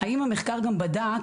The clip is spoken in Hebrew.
האם המחקר גם בדק